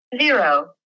zero